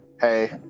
hey